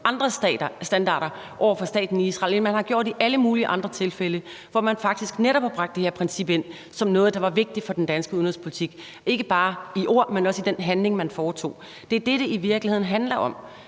andre standarder, over for staten Israel, end man har gjort i alle mulige andre tilfælde, hvor man faktisk netop har bragt det her princip ind som noget, der var vigtigt for den danske udenrigspolitik, ikke bare i ord, men også i den handling, man foretog. Det er det, som det i virkeligheden handler om,